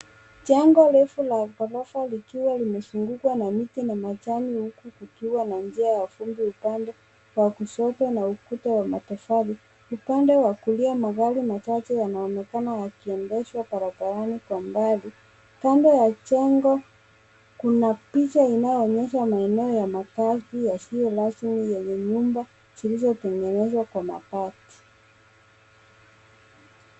Jengo refu la ghorofa likiwa limezungukwa na miti na majani huku kukiwa na njia ya vumbi upande wa kushoto na ukuta wa matofali. Upande wa kulia magari machache yanaonekana yakiendeshwa barabarani kwa mbali. Kando ya jengo kuna picha inayoonyesha maeneo ya makaazi yasiyo rasmi yenye nyumba zilizotengenzwa kwa mabati.